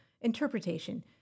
interpretation